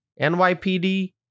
NYPD